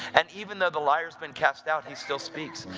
and even though the liar's been cast out, he still speaks.